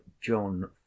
john